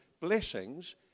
blessings